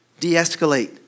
deescalate